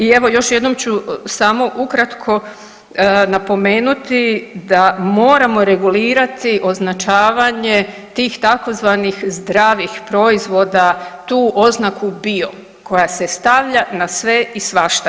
I evo još jednom ću samo ukratko napomenuti da moramo regulirati označavanje tih tzv. zdravih proizvoda tu oznaku bio koja se stavlja na sve i svašta.